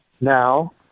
now